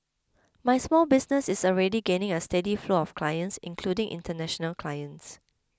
my small business is already gaining a steady flow of clients including international clients